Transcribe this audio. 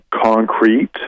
concrete